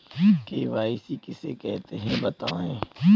KYC किसे कहते हैं बताएँ?